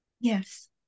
Yes